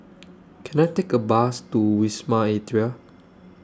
Can I Take A Bus to Wisma Atria